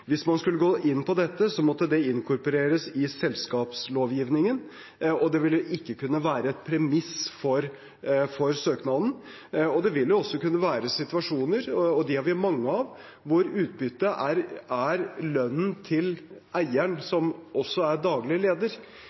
Hvis man skulle gå inn på dette, måtte det inkorporeres i selskapslovgivningen, og det ville ikke kunne være en premiss for søknaden. Det vil jo også kunne være situasjoner – og de har vi mange av – hvor utbyttet er lønnen til eieren, som også er daglig leder.